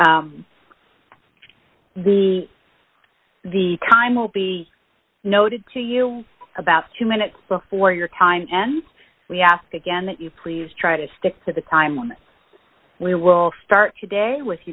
of the the time will be noted to you about two minutes before your time and we ask again that you please try to stick to the time when we will start today with